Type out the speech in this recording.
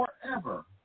Forever